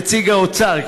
נציג האוצר,